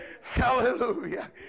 Hallelujah